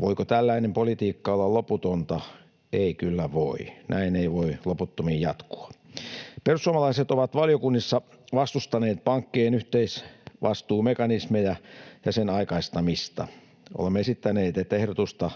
Voiko tällainen politiikka olla loputonta? Ei kyllä voi, näin ei voi loputtomiin jatkua. Perussuomalaiset ovat valiokunnissa vastustaneet pankkien yhteisvastuumekanismeja ja niiden aikaistamista. Olemme esittäneet, että ehdotusta